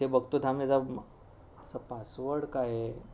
ते बघतो थांब ह्याचा चा पासवड काय आहे